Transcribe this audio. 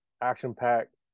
action-packed